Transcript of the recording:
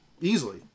Easily